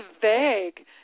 vague